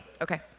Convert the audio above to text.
Okay